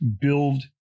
build